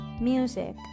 music